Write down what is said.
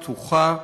פתוחה,